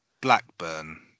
Blackburn